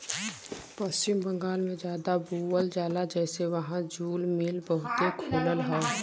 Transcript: पश्चिम बंगाल में जादा बोवल जाला जेसे वहां जूल मिल बहुते खुलल हौ